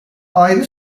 ayrı